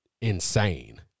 insane